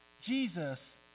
Jesus